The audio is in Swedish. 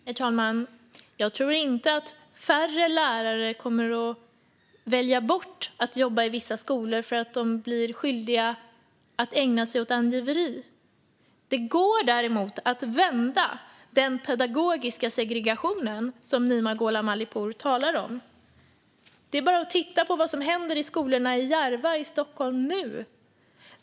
Herr talman! Jag tror inte att färre lärare kommer att välja bort att jobba i vissa skolor för att de blir skyldiga att ägna sig åt angiveri. Det går däremot att vända den pedagogiska segregation som Nima Gholam Ali Pour talar om. Det är bara att titta på vad som nu händer i skolorna i Järva i Stockholm.